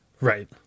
Right